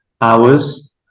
hours